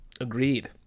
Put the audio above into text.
Agreed